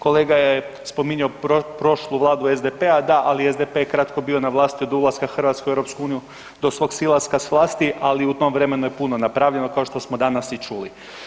Kolega e spominjao prošlu vladu SDP-a, da, ali SDP je kratko bio na vlasti od ulaska Hrvatske u EU do svog silaska s vlasti, ali u tom vremenu je puno napravljeno kao što smo danas i čuli.